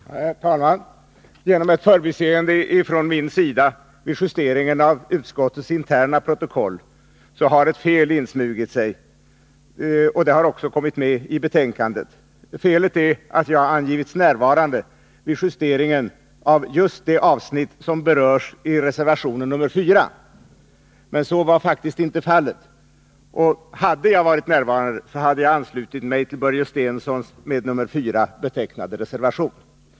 Herr talman! Genom ett förbiseende från min sida vid justeringen av utskottets interna protokoll har ett fel insmugit sig, och det har också kommit med i betänkandet. Felet är att jag angivits som närvarande vid justeringen av just det avsnitt som berörs i reservation 4. Så var faktiskt inte fallet. Och hade jag varit närvarande, så hade jag anslutit mig till Börje Stenssons med nr 4 betecknade reservation.